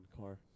car